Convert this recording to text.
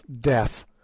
Death